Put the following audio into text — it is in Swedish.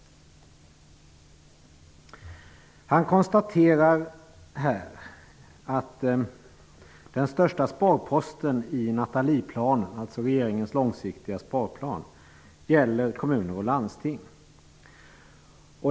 Han konstaterar här att den största sparposten i Nathalieplanen, alltså regeringens långsiktiga sparplan, gäller kommuner och landsting.